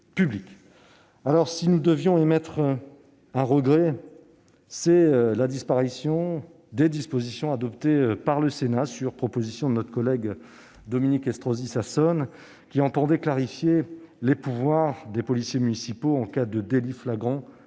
Si nous devions émettre un regret, c'est la disparition des dispositions adoptées par le Sénat, sur proposition de Dominique Estrosi Sassone, qui entendaient clarifier les pouvoirs des policiers municipaux en cas de délit flagrant